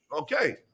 Okay